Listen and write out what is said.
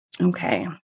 Okay